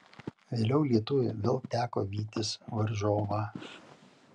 vėliau lietuviui vėl teko vytis varžovą